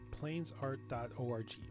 planesart.org